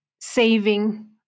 saving